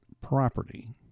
property